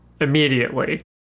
immediately